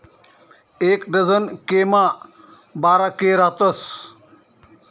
एक डझन के मा बारा के रातस